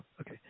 okay